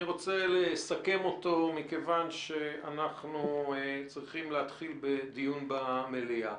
אני רוצה לסכם אותו מכיוון שאנחנו צריכים להתחיל בבדיון במליאה.